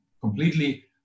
Completely